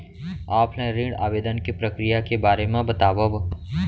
Offline ऋण आवेदन के प्रक्रिया के बारे म बतावव?